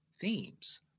themes